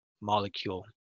molecule